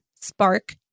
spark